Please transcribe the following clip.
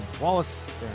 Wallace